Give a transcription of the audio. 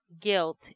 guilt